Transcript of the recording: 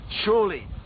Surely